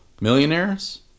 Millionaires